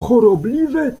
chorobliwie